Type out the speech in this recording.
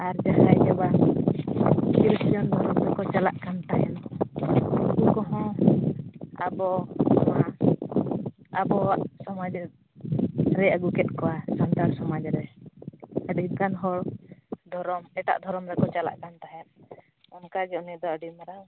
ᱟᱨ ᱡᱟᱦᱟᱸᱭ ᱜᱮ ᱵᱟᱝ ᱛᱤᱨᱤᱥ ᱡᱚᱱ ᱦᱚᱲ ᱠᱚ ᱠᱚ ᱪᱟᱞᱟᱜ ᱠᱟᱱ ᱛᱟᱦᱮᱱᱟ ᱩᱱᱠᱩ ᱠᱚᱦᱚᱸ ᱟᱵᱚ ᱱᱚᱣᱟ ᱟᱵᱚᱣᱟᱜ ᱥᱚᱢᱟᱡᱽ ᱨᱮ ᱨᱮᱭ ᱟᱹᱜᱩ ᱠᱮᱫ ᱠᱚᱣᱟ ᱥᱟᱱᱛᱟᱲ ᱥᱚᱢᱟᱡᱽ ᱨᱮ ᱟᱹᱰᱤ ᱜᱟᱱ ᱦᱚᱲ ᱫᱷᱚᱨᱚᱢ ᱮᱴᱟᱜ ᱫᱷᱚᱨᱚᱢ ᱨᱮᱠᱚ ᱪᱟᱞᱟᱜ ᱠᱟᱱ ᱛᱟᱦᱮᱸᱫ ᱚᱱᱠᱟ ᱜᱮ ᱩᱱᱤ ᱫᱚ ᱟᱹᱰᱤ ᱢᱟᱨᱟᱝ